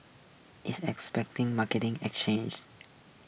is expecting market exchanged